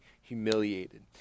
humiliated